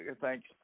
thanks